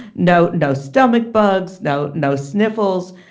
no, no. stomach bugs. no, no sniffles.